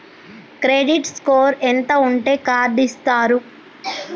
Credit score ఎంత ఉంటే card ఇస్తారు?